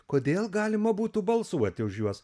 kodėl galima būtų balsuoti už juos